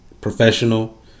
professional